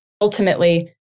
ultimately